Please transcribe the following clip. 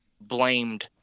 blamed